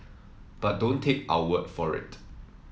but don't take our word for it